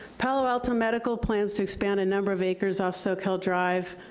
palo alto medical plans to expand a number of acres off soquel drive,